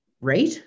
right